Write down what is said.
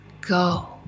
go